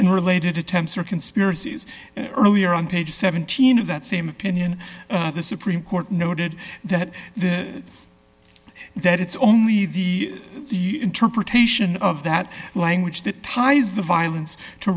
and related attempts or conspiracies earlier on page seventeen of that same opinion the supreme court noted that that it's only the interpretation of that language that ties the violence to